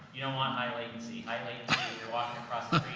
you don't want high latency. high latency, when you're walking across the